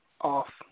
off